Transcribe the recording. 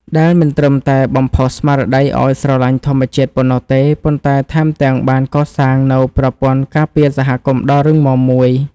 ដែលមិនត្រឹមតែបំផុសស្មារតីឱ្យស្រឡាញ់ធម្មជាតិប៉ុណ្ណោះទេ ប៉ុន្តែថែមទាំងបានកសាងនូវប្រព័ន្ធការពារសហគមន៍ដ៏រឹងមាំមួយ។